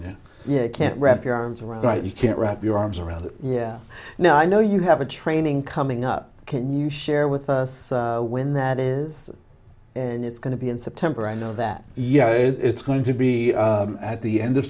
yeah you can't wrap your arms around right you can't wrap your arms around it yeah now i know you have a training coming up can you share with us when that is and it's going to be in september i know that yeah it's going to be at the end of